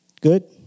Good